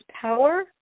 power